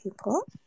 people